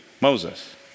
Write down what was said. Moses